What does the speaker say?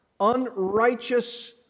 unrighteous